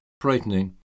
frightening